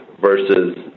Versus